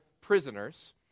prisoners